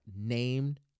named